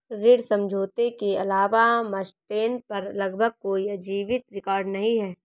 ऋण समझौते के अलावा मास्टेन पर लगभग कोई जीवित रिकॉर्ड नहीं है